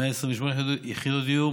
128 יחידות דיור,